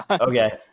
Okay